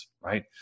right